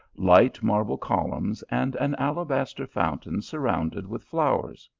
light marble columns, and an alabaster fountain surround ed with flowers.